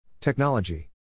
Technology